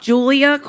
Julia